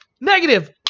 negative